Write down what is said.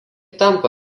tampa